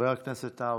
חבר הכנסת האוזר.